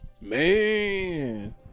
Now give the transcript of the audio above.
Man